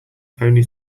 only